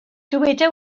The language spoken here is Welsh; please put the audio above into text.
dyweda